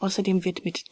außerdem wird mit